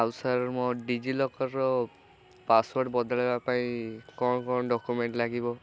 ଆଉ ସାର୍ ମୋ ଡିଜିଲକର୍ର ପାସୱାର୍ଡ଼ ବଦଳେଇବା ପାଇଁ କ'ଣ କ'ଣ ଡକୁମେଣ୍ଟ ଲାଗିବ